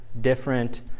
different